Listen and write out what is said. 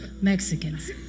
Mexicans